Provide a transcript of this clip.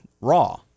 Raw